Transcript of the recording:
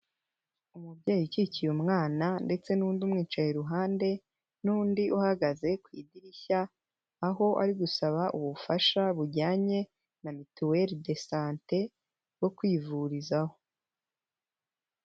Umubyeyi ukikiye umwana ndetse n'undi mwicaye iruhande n'undi uhagaze ku idirishya, aho ari gusaba ubufasha bujyanye na mituelle de sante bwo kwivurizaho.